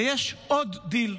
ויש עוד דיל.